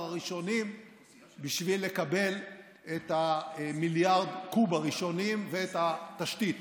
הראשונים בשביל לקבל את מיליארד הקוב הראשונים ואת התשתית.